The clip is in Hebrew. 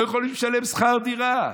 לא יכולים לשלם שכר דירה,